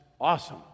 awesome